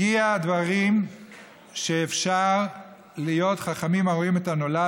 הגיעו דברים שאפשר להיות חכמים הרואים את הנולד,